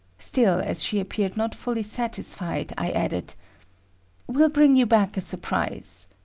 still as she appeared not fully satisfied, i added will bring you back a surprise.